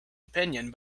opinion